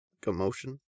commotion